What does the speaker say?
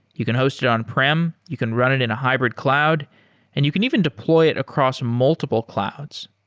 you can host it on-prem, you can run it in a hybrid cloud and you can even deploy it across multiple clouds.